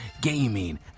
gaming